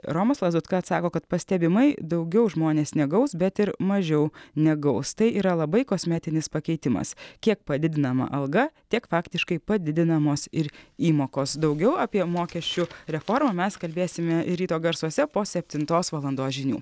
romas lazutka atsako kad pastebimai daugiau žmonės negaus bet ir mažiau negaus tai yra labai kosmetinis pakeitimas kiek padidinama alga tiek faktiškai padidinamos ir įmokos daugiau apie mokesčių reformą mes kalbėsime ryto garsuose po septintos valandos žinių